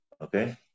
okay